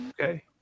Okay